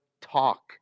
talk